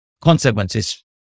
consequences